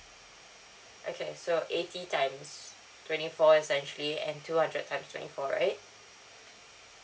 okay so eighty times twenty four essentially and two hundred times twenty four right